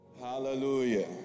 Hallelujah